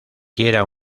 quiera